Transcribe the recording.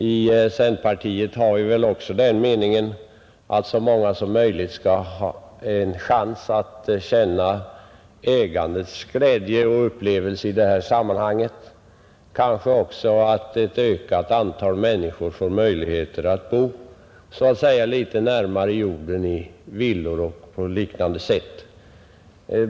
Inom centerpartiet har vi också den meningen att så många som möjligt skall ha en chans att få uppleva ägandets glädje och att ett ökat antal människor bör få möjlighet att bo så att säga närmare jorden — i villor och på liknande sätt.